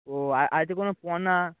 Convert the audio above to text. ও কোনো পোনা